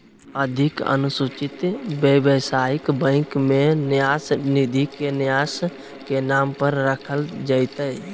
अधिक अनुसूचित व्यवसायिक बैंक में न्यास निधि के न्यास के नाम पर रखल जयतय